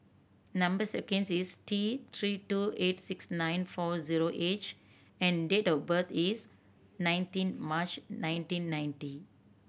number sequence is T Three two eight six nine four zero H and date of birth is nineteen March nineteen ninety